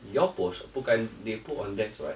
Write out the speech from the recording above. your post bukan they put on theirs right